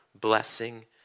blessing